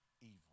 evil